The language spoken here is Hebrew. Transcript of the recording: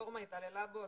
הרפורמה התעללה בו,